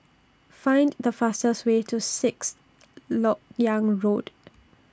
Find The fastest Way to Sixth Lok Yang Road